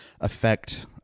affect